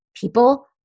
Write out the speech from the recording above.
People